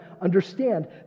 understand